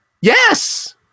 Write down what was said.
yes